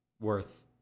worth